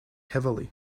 heavily